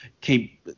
keep –